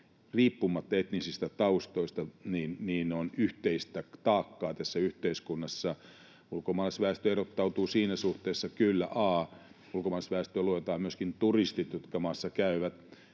kuitenkin etnisistä taustoista riippumatta yhteistä taakkaa tässä yhteiskunnassa. Ulkomaalaisväestö erottautuu siinä suhteessa kyllä, että a) ulkomaalaisväestöön luetaan myöskin turistit, jotka maassa käyvät,